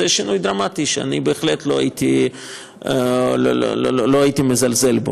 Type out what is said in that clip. זה שינוי דרמטי שאני בהחלט לא הייתי מזלזל בו.